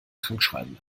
krankschreiben